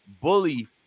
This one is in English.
bully